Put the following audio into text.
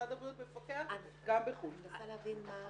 אני מנסה להבין מה